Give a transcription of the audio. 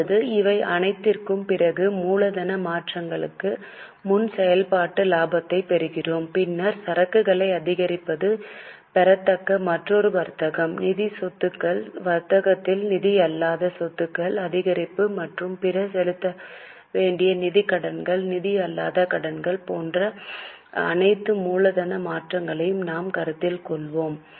இப்போது இவை அனைத்திற்கும் பிறகு மூலதன மாற்றங்களுக்கு முன் செயல்பாட்டு லாபத்தைப் பெறுகிறோம் பின்னர் சரக்குகளை அதிகரிப்பது பெறத்தக்க மற்றொரு வர்த்தகம் நிதிச் சொத்துக்கள் வர்த்தகத்தில் நிதி அல்லாத சொத்துக்கள் அதிகரிப்பு மற்றும் பிற செலுத்த வேண்டிய நிதிக் கடன்கள் நிதி அல்லாத கடன்கள் போன்ற அனைத்து மூலதன மாற்றங்களையும் நாம் கருத்தில் கொள்வோம்